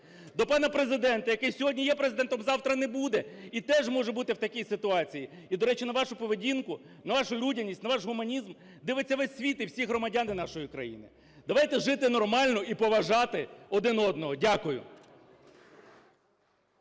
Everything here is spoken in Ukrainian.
До пана Президента, який сьогодні є Президентом, завтра не буде, і теж може бути в такій ситуації. І, до речі, на вашу поведінку, на вашу людяність, на ваш гуманізм дивиться весь світ і всі громадяни нашої країни. Давайте жити нормально і поважати один одного. Дякую.